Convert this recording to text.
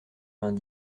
vingt